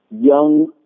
young